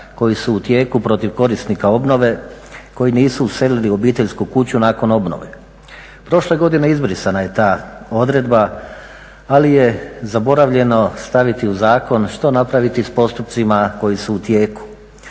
koji su u tijeku protiv korisnika obnove, koji nisu uselili u obiteljsku kuću nakon obnove. Prošle godine izbrisana je ta odredba ali je zaboravljeno staviti u zakon što napraviti s postupcima koji su u tijeku.